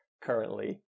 currently